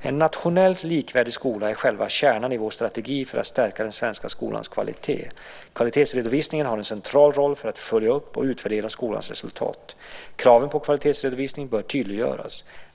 En nationellt likvärdig skola är själva kärnan i vår strategi för att stärka den svenska skolans kvalitet. Kvalitetsredovisningen har en central roll för att följa upp och utvärdera skolans resultat. Kraven på kvalitetsredovisning bör tydliggöras.